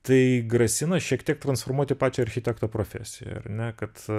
tai grasina šiek tiek transformuoti pačią architekto profesiją ar ne kad